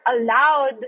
allowed